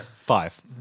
five